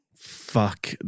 Fuck